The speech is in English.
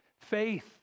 faith